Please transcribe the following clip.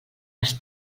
les